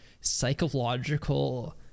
psychological